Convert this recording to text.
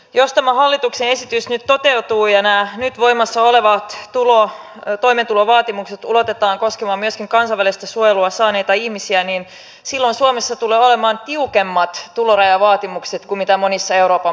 jos tämä hallituksen esitys nyt toteutuu ja nämä nyt voimassa olevat toimeentulovaatimukset ulotetaan koskemaan myöskin kansainvälistä suojelua saaneita ihmisiä niin silloin suomessa tulee olemaan tiukemmat tulorajavaatimukset kuin mitä monissa euroopan maissa on